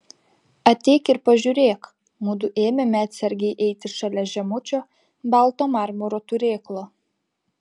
ateik ir pažiūrėk mudu ėmėme atsargiai eiti šalia žemučio balto marmuro turėklo